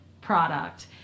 product